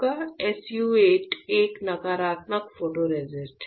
SU 8 एक नकारात्मक photoresist है